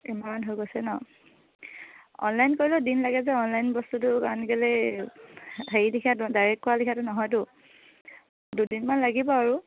এমাহমান হৈ গৈছে ন অনলাইন কৰিলেও দিন লাগে যে অনলাইন বস্তুটো কাৰণ কেলৈ হেৰিলিখীয়া ডাইৰেক্ট কৰালেখীয়াটো নহয়তো দুদিনমান লাগিব আৰু